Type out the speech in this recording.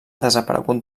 desaparegut